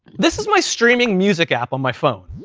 this is my streaming music app on my phone,